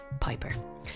Piper